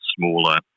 smaller